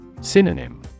Synonym